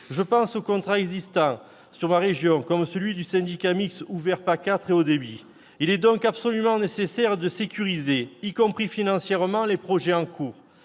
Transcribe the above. Je pense aux contrats existants comme celui du syndicat mixte ouvert PACA très haut débit. Il est donc absolument nécessaire de sécuriser, y compris financièrement, les projets en cours.